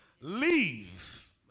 Leave